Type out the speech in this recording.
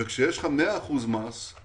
כשיש לך מאה אחוז מסף